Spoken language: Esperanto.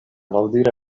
laŭdire